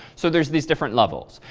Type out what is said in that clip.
so there's this different levels.